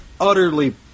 utterly